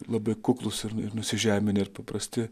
labai kuklūs ir ir nusižeminę ir paprasti